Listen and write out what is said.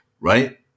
right